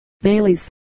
Baileys